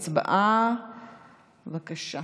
הצבעה, בבקשה.